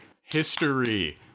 history